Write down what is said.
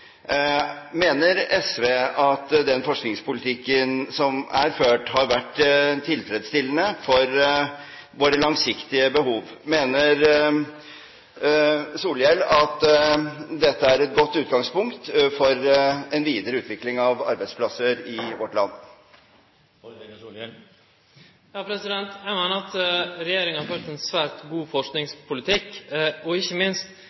mener SV at den forskningspolitikken som er ført, har vært tilfredsstillende for våre langsiktige behov? Mener Solhjell at dette er et godt utgangspunkt for en videre utvikling av arbeidsplasser i vårt land? Eg meiner at regjeringa har ført ein svært god forskingspolitikk, ikkje minst